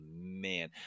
man